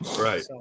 right